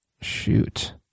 Shoot